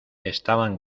estaban